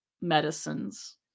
medicines